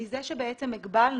מזה שבעצם הגבלנו.